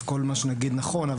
כל מה שנגיד נכון,